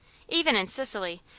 even in sicily,